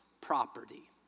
property